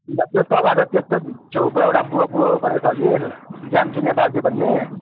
अन्त त्यो तलको त्यसकै छेउको एउटा बुढो बुढो परेको छ कि ज्ञानशून्य बाजे भन्ने